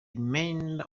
remainder